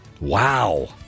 Wow